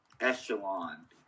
echelon